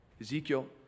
Ezekiel